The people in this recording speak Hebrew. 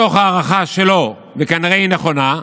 מתוך הערכה שלו, וכנראה היא נכונה,